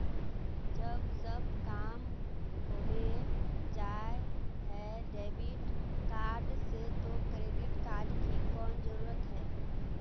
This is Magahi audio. जब सब काम होबे जाय है डेबिट कार्ड से तो क्रेडिट कार्ड की कोन जरूरत है?